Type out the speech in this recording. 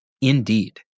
Indeed